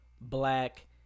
black